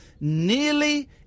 nearly